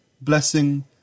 blessing